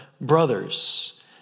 brothers